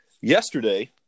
yesterday